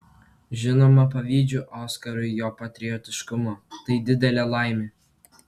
žinoma pavydžiu oskarui jo patriotiškumo tai didelė laimė